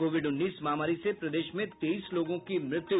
Covid उन्नीस महामारी से प्रदेश में तेईस लोगों की मृत्यु